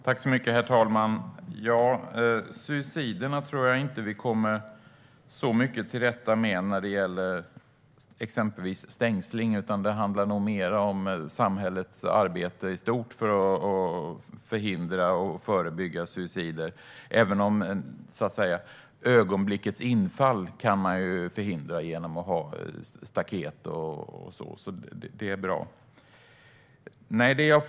Herr talman! Suicidfallen tror jag inte vi kommer till rätta med genom exempelvis stängsling. Det handlar nog mer om samhällets arbete i stort för att förhindra och förebygga suicidfall. Ögonblickets infall kan man förhindra genom att ha staket och så, och det är bra.